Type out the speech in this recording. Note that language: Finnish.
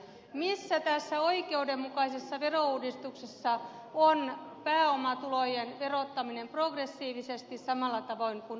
missä tässä oikeudenmukaisessa verouudistuksessa on pääomatulojen verottaminen progressiivisesti samalla tavoin kuin ansiotulojen